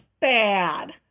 bad